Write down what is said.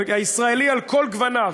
על כל גווניו,